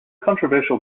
controversial